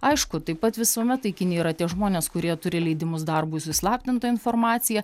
aišku taip pat visuomet taikiniai yra tie žmonės kurie turi leidimus darbui su įslaptinta informacija